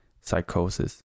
Psychosis